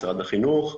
משרד החינוך.